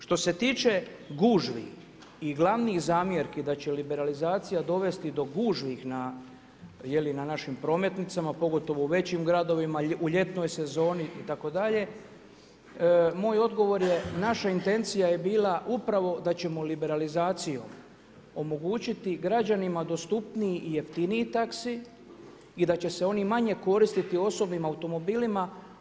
Što se tiče gužvi i glavnih zamjerki da će liberalizacija dovesti do gužvi na našim prometnicama pogotovo u većim gradovima u ljetnoj sezoni itd. moj odgovor je naša intencija je bila upravo da ćemo liberalizacijom omogućiti građanima dostupniji i jeftiniji taksi i da će se oni manje koristiti osobnim automobilima.